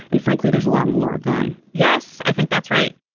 and frankly there's a lot more of them yes i think that's right